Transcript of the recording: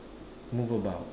move about